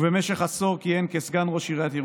את החוק הזה הגשתי מייד עם כניסתי לכנסת הנוכחית.